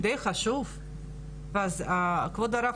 בראשית הדברים,